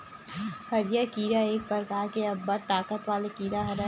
हरियर कीरा एक परकार के अब्बड़ ताकत वाले कीरा हरय